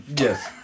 Yes